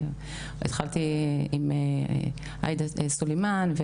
התחלתי עם עאידה תומא סלימאן,